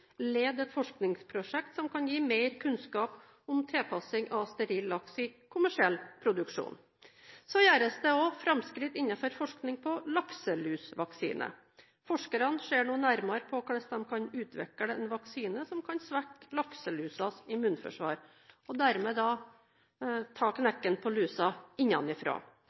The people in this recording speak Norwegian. lede et forskningsprosjekt som kan gi mer kunnskap om tilpassing av steril laks i kommersiell produksjon. Det gjøres også framskritt innenfor forskning på lakselusvaksine. Forskerne ser nå nærmere på hvordan de kan utvikle en vaksine som kan svekke lakselusas immunforsvar, og dermed ta knekken på lusa